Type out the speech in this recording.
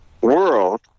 world